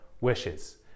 wishes